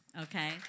okay